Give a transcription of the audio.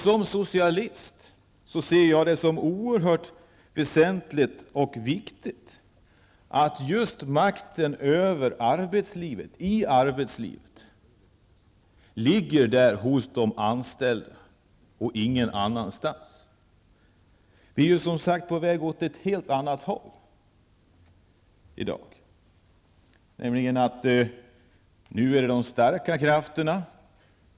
Som socialist ser jag det som oerhört väsentligt att makten i arbetslivet ligger hos de anställda och ingen annanstans. Vi är som sagt på väg åt ett helt annat håll i dag.